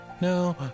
no